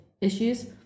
issues